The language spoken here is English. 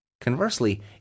Conversely